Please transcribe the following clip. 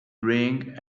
drink